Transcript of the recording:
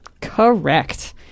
Correct